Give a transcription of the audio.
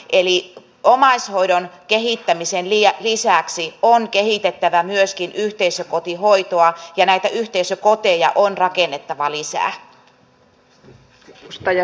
eli omaishoidon kehittämisen lisäksi on kehitettävä myöskin yhteisökotihoitoa ja näitä yhteisökoteja on rakennettava lisää